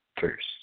first